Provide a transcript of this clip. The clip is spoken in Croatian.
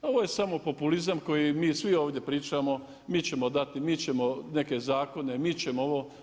Ovo je samo populizam koji mi svi ovdje pričamo, mi ćemo dati, mi ćemo neke zakone, mi ćemo ovo.